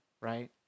right